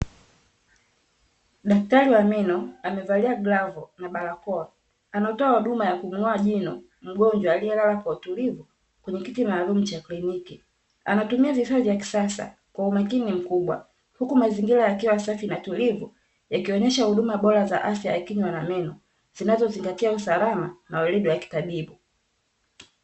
Daktari wa meno amevalia glavu na barakoa, anatoa huduma ya kung'oa jino mgonjwa aliyelala kwa utulivu kwenye kiti maalumu cha kliniki, anatumia vifaa vya kisasa kwa umakini mkubwa, huku mazingira yakiwa safi na tulivu yakionesha huduma bora za afya ya kinywa na meno, zinazozingatia usalama na weledi wa kitabibu.